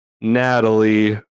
Natalie